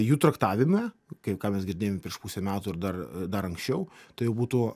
jų traktavime kaip ką mes girdėjome prieš pusę metų ir dar dar anksčiau tai jau būtų